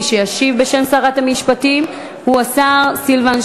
עמר בר-לב, קריאה טרומית.